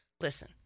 Listen